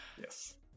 yes